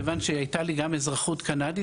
כיוון שהייתה לי גם אזרחות קנדית,